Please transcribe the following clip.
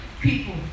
people